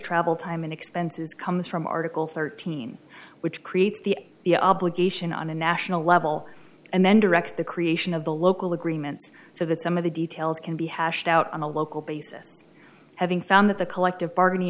travel time and expenses comes from article thirteen which creates the the obligation on a national level and then direct the creation of the local agreements so that some of the details can be hashed out on a local basis having found that the collective bargaining